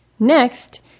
Next